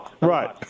Right